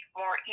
more